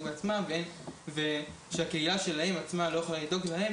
לעצמם ושהקהילה שלהם עצמה לא יכולה לדאוג להם,